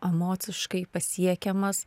emociškai pasiekiamas